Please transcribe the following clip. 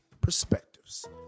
perspectives